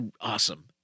awesome